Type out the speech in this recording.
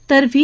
तर व्ही